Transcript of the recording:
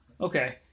Okay